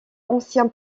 ancien